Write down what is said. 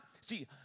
see